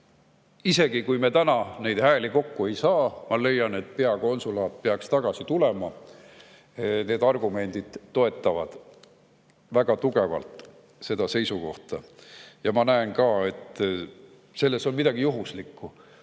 Isegi kui me täna neid hääli kokku ei saa, ma leian, et peakonsulaat peaks tagasi tulema. Need argumendid toetavad väga tugevalt seda seisukohta. Ma näen ka, et selles konsulaadi